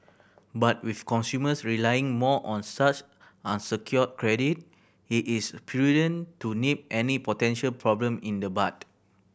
but with consumers relying more on such unsecured credit it is prudent to nip any potential problem in the bud